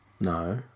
No